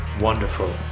wonderful